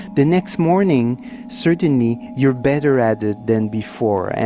the next morning certainly you are better at it than before. and